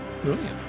Brilliant